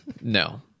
No